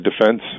defense